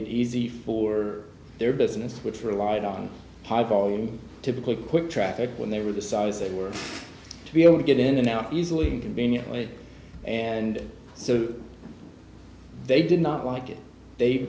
it easy for their business which relied on high volume typically quick traffic when they were the size they were to be able to get in and out easily conveniently and so they did not like it they